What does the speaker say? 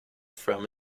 from